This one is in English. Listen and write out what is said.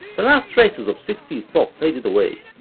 the last traces of sixties pop faded away,